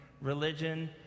religion